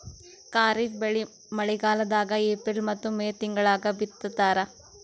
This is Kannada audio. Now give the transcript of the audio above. ಖಾರಿಫ್ ಬೆಳಿ ಮಳಿಗಾಲದಾಗ ಏಪ್ರಿಲ್ ಮತ್ತು ಮೇ ತಿಂಗಳಾಗ ಬಿತ್ತತಾರ